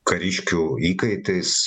kariškių įkaitais